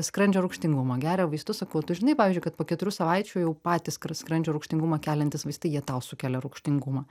skrandžio rūgštingumo geria vaistus sakau o tu žinai pavyzdžiui kad po keturių savaičių jau patys k skrandžio rūgštingumą keliantys vaistai jie tau sukelia rūgštingumą